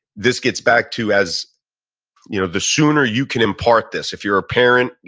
this gets back to, as you know the sooner you can impart this. if you're a parent,